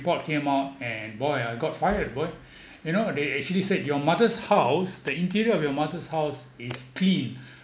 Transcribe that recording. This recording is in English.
came out and boy uh I got fired boy you know they actually said your mother's house the interior of your mother's house is clean